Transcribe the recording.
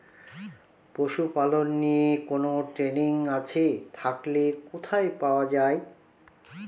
পশুপালন নিয়ে কোন ট্রেনিং আছে থাকলে কোথায় পাওয়া য়ায়?